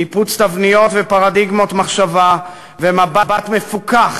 ניפוץ תבניות ופרדיגמות מחשבה ומבט מפוכח